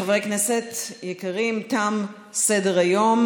חברי כנסת יקרים, תם סדר-היום.